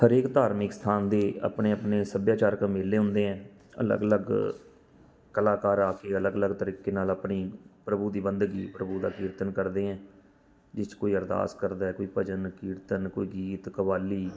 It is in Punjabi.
ਹਰੇਕ ਧਾਰਮਿਕ ਸਥਾਨ ਦੇ ਆਪਣੇ ਆਪਣੇ ਸੱਭਿਆਚਾਰਕ ਮੇਲੇ ਹੁੰਦੇ ਹੈ ਅਲੱਗ ਅਲੱਗ ਕਲਾਕਾਰ ਆ ਕੇ ਅਲੱਗ ਅਲੱਗ ਤਰੀਕੇ ਨਾਲ ਆਪਣੀ ਪ੍ਰਭੂ ਦੀ ਬੰਦਗੀ ਪ੍ਰਭੂ ਦਾ ਕੀਰਤਨ ਕਰਦੇ ਹੈ ਜਿਸ 'ਚ ਕੋਈ ਅਰਦਾਸ ਕਰਦਾ ਹੈ ਕੋਈ ਭਜਨ ਕੀਰਤਨ ਕੋਈ ਗੀਤ ਕਵਾਲੀ